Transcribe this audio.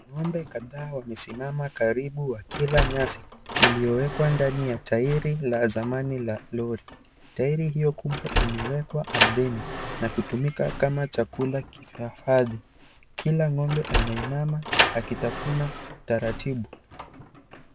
Ng'ombe kadhaa wamesimama karibu wakila nyasi iliyowekwa ndani la tairi la zamani la lori, tairi hio kubwa imewekwa ardhini na kutumika kama chakula kihifadhi kila ng'ombe anainama akitafuna taratibu.